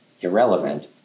irrelevant